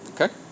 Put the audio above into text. Okay